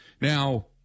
Now